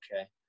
okay